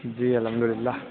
جی الحمداللہ